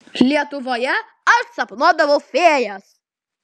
lietuvoje aš sapnuodavau fėjas